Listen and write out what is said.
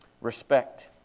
Respect